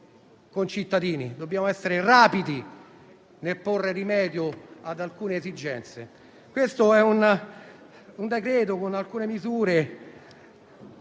dobbiamo essere rapidi nel porre rimedio ad alcune esigenze. Si tratta di un decreto contenente alcune misure